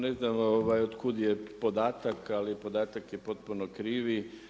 Ne znam od kud je podatak ali podatak je potpuno krivi.